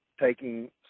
taking